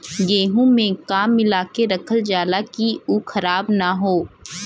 गेहूँ में का मिलाके रखल जाता कि उ खराब न हो?